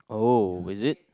oh is it